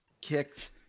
kicked